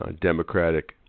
democratic